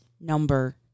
number